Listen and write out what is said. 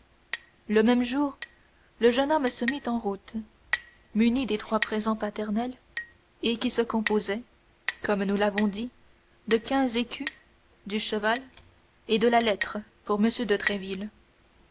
le même jour le jeune homme se mit en route muni des trois présents paternels et qui se composaient comme nous l'avons dit de quinze écus du cheval et de la lettre pour m de